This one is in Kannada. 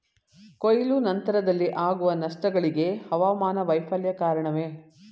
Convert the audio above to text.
ಕೊಯ್ಲು ನಂತರದಲ್ಲಿ ಆಗುವ ನಷ್ಟಗಳಿಗೆ ಹವಾಮಾನ ವೈಫಲ್ಯ ಕಾರಣವೇ?